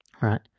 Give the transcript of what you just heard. Right